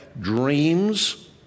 dreams